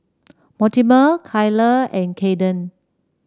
Mortimer Kyler and Kadyn